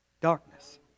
darkness